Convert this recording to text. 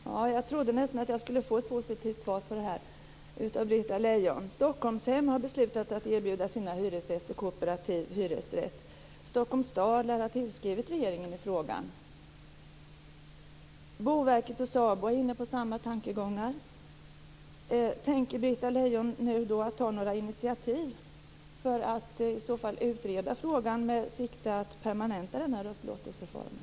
Herr talman! Jag trodde nästan att jag skulle få ett positivt svar på det här av Britta Lejon. Stockholmshem har beslutat att erbjuda sina hyresgäster kooperativ hyresrätt. Stockholms stad lär ha skrivit till regeringen i frågan. Boverket och SABO är inne på samma tankegångar. Tänker Britta Lejon nu ta några initiativ för att utreda frågan med sikte på att permanenta den här upplåtelseformen?